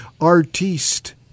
artiste